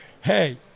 Hey